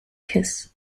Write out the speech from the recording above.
kiss